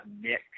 Nick